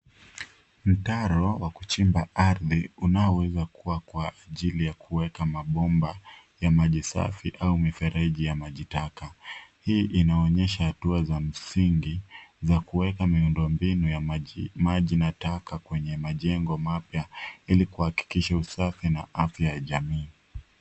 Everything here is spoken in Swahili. Mtaro wa kuchimba ardhi unaoweza kuwa kwa ajili ya kuweka mabomba ya maji safi au mifereji ya maji taka. Hii inaonyesha hatua za msingi za kuweka miundombinu ya maji na taka kwenye majengo mapya ili kuhakikisha usafi na afya ya jamii.